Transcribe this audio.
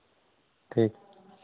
ᱴᱷᱤᱠ